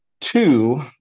Two